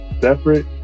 separate